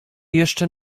jeszcze